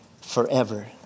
forever